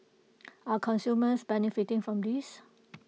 are consumers benefiting from this